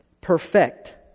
perfect